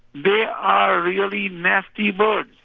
they are really nasty birds